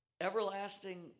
everlasting